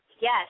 Yes